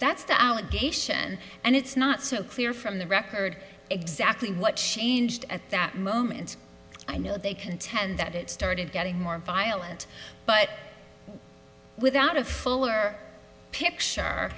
that's the allegation and it's not so clear from the record exactly what she changed at that moment i know they contend that it started getting more violent but without a fuller picture